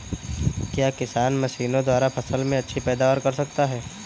क्या किसान मशीनों द्वारा फसल में अच्छी पैदावार कर सकता है?